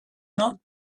not